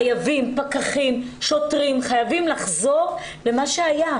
חייבים פקחים, שוטרים, חייבים לחזור אל מה שהיה,